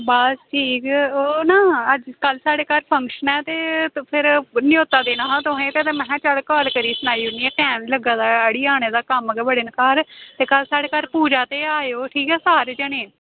बस ठीक ओह् ना अज्ज साढ़े घर फंक्शन ऐ ते फिर न्यौता देना हा तुसेंगी ते महां चल काल करियै सनाई ओड़नी आं टैम निं लग्गा दा अड़िये आने दा ते कम्म बड़े न घर ते कल साढ़े घर पूजा ते आएओ ठीक ऐ सारे जनें